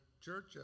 church